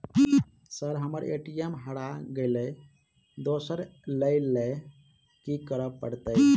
Sir हम्मर ATM हरा गइलए दोसर लईलैल की करऽ परतै?